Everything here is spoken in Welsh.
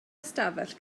ystafell